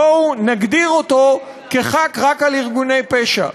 בואו נגדיר אותו כחל רק על ארגוני פשע.